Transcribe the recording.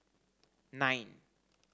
nine